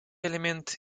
element